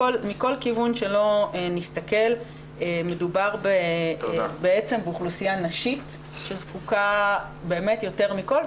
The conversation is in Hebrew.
מכל כיוון שלא נסתכל מדובר בעצם באוכלוסייה נשית שזקוקה באמת יותר מכל,